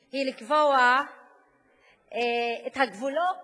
היא לקבוע את הגבולות